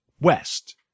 West